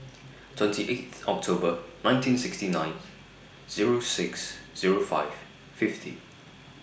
twenty eighth October nineteen sixty nine Zero six Zero five fifty